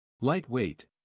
Lightweight